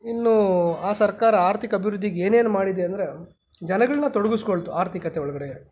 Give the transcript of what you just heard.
ಇನ್ನು ಆ ಸರ್ಕಾರ ಆರ್ಥಿಕ ಅಭಿವೃದ್ಧಿಗೆ ಏನೇನು ಮಾಡಿದೆ ಅಂದರೆ ಜನಗಳನ್ನ ತೊಡಗಿಸ್ಕೊಳ್ತು ಆರ್ಥಿಕತೆ ಒಳಗಡೆ